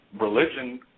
religion